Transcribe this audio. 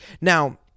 Now